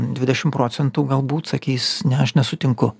dvidešimt procentų galbūt sakys ne aš nesutinku